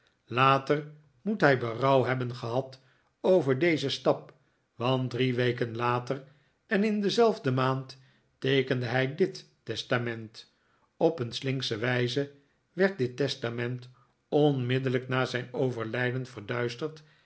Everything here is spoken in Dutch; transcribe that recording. later moet hij berouw hebben gehad over dezen stap want drie weken later en in dezelfde maand teekende hij dit testament op een slinksche wijze werd dit testament onmiddellijk na zijn overlijden verduisterd